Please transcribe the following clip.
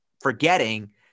forgetting